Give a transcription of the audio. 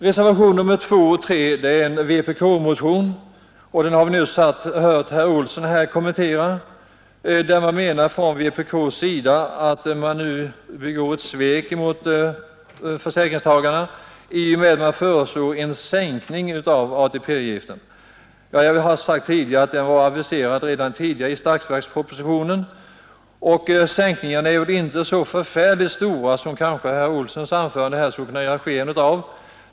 Reservationerna 2 och 3 är vpk-reservationer, som vi nyss hört herr Olsson i Stockholm kommentera. Vpk menar att man begår ett svek emot försäkringstagarna i och med att man föreslår en sänkning av ATP-avgiften. Som jag redan sagt var denna sänkning aviserad i statsverkspropositionen. Sänkningen är inte heller så förfärligt stor som herr Olssons anförande kanske gav sken av.